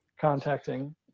contacting